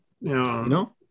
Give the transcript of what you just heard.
No